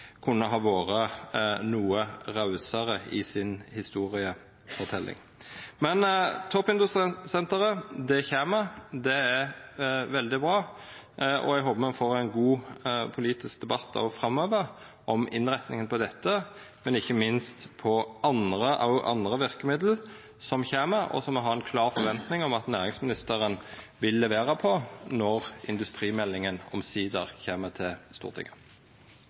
kunne ha vore noko rausare i si historieforteljing. Men toppindustrisenteret kjem. Det er veldig bra. Eg håpar me får ein god politisk debatt også framover om innretninga av dette, men ikkje minst òg om andre verkemiddel som kjem, og som har ein klar forventning om at næringsministeren vil levera på når industrimeldinga omsider kjem til Stortinget.